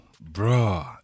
bro